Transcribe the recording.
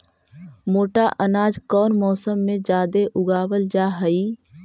मोटा अनाज कौन मौसम में जादे उगावल जा हई?